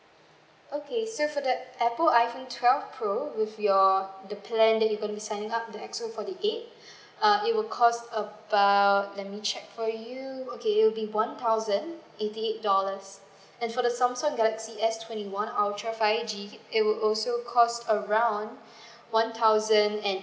okay so for that apple iphone twelve pro with your the plan that you are going to signing up the X_O forty eight uh it will cost about let me check for you okay it will be one thousand eighty eight dollars and for the samsung galaxy X twenty one ultra five G it will also cost around one thousand and